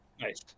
Nice